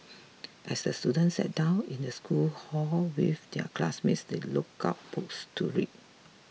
as the students sat down in the school hall with their classmates they look out books to read